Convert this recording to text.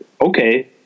Okay